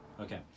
Okay